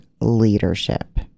leadership